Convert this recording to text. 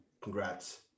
congrats